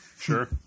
Sure